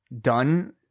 done